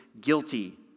guilty